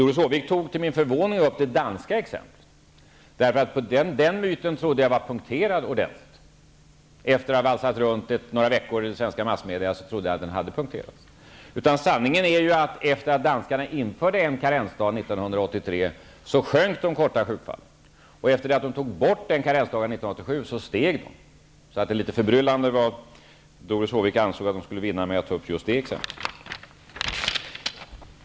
Doris Håvik tog till min förvåning upp det danska exemplet. Den myten trodde jag var ordentligt punkterad efter att ha valsat runt några veckor i svenska massmedia. Sanningen är att det kortvariga sjukfallen minskade när danskarna införde en karensdag år 1983. Efter det att de tog bort en karensdag år 1987 steg antalet. Det är litet förbryllande att Doris Håvik ansåg sig vinna något med att ta upp just det exemplet.